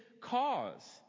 cause